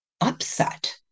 upset